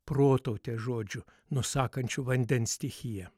protaute žodžių nusakančių vandens stichiją